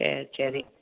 சேரி சரி